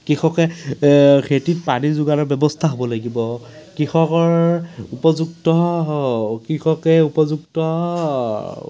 কৃষকে খেতিত পানী যোগানৰ ব্যৱস্থা পাব লাগিব কৃষকৰ উপযুক্ত কৃষকে উপযুক্ত